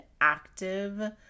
active